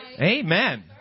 Amen